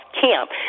camp